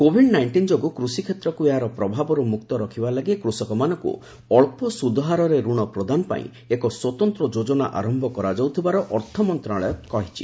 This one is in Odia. କୋଭିଡ୍ ନାଇଷ୍ଟିନ୍ ଯୋଗୁଁ କୃଷି କ୍ଷେତ୍ରକୁ ଏହାର ପ୍ରଭାବରୁ ମୁକ୍ତ ରଖିବା ଲାଗି କୃଷକମାନଙ୍କୁ ଅଳ୍ପ ସୁଧହାରରେ ରଣ ପ୍ରଦାନ ପାଇଁ ଏକ ସ୍ୱତନ୍ତ୍ର ଯୋକନା ଆରମ୍ଭ କରାଯାଉଥିବାର ଅର୍ଥ ମନ୍ତ୍ରଶାଳୟ ଜଣାଇଛି